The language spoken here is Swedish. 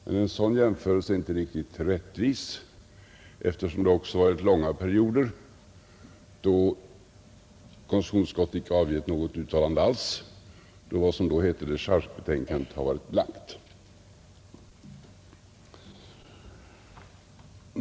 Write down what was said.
Men en sådan jämföresle är inte riktigt rättvis, eftersom det också varit långa perioder då konstitutionsutskottet icke avgett något uttalande alls, när vad som då hette dechargebetänkandet har varit blankt.